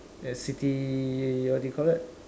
uh city what do you call it